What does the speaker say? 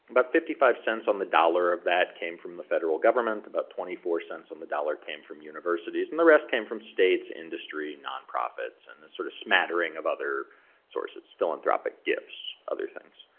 but fifty five cents on the dollar of that came from the federal government about twenty four cents on the dollar came from universities and the rest came from states, industry, nonprofits, and the and sort of smattering of other sources, philanthropic gifts, other things.